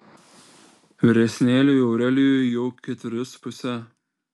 vyresnėliui aurelijui jau ketveri su puse